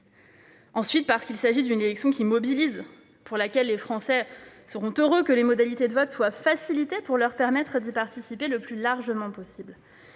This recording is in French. Ensuite il s'agit d'une élection qui mobilise, et pour laquelle les Français seront heureux que les modalités de vote soient facilitées, afin de leur permettre d'y participer le plus largement possible.